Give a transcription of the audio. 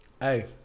Hey